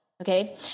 Okay